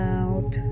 out